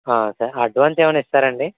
సరే అడ్వాన్స్ ఏమైన్న ఇస్తారా అండి